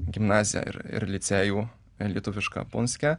gimnaziją ir ir licėjų lietuvišką punske